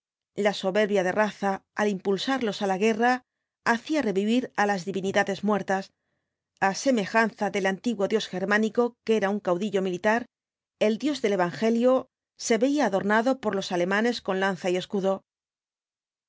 la soberbia de raza al impulsarlos á la guerra hacía revivir á las divinidades muertas a semejanza del antiguo dios germánico que era un caudillo militar el dios del evangelio se veía adornado por los alemanes con lanza y escudo